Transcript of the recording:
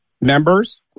members